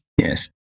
Yes